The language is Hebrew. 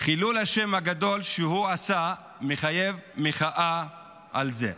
וחילול השם הגדול שהוא עשה מחייב מחאה על זה,